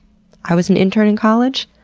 i was an intern in college,